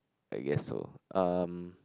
I guess so um